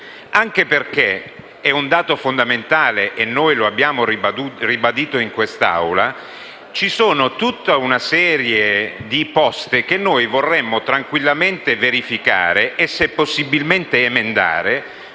Anche perché un dato fondamentale, che noi abbiamo ribadito in quest'Aula, è che c'è tutta una serie di poste che noi vorremmo tranquillamente verificare e, possibilmente, emendare.